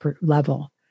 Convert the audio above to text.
level